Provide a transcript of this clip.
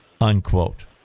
unquote